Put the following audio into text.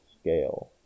scale